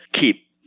keep